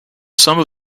some